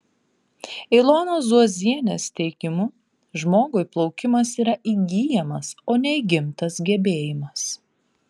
ilonos zuozienės teigimu žmogui plaukimas yra įgyjamas o ne įgimtas gebėjimas